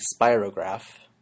spirograph